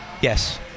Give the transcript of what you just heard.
Yes